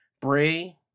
Bray